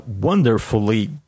wonderfully